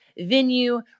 venue